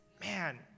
man